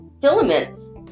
filaments